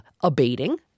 abating